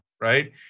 right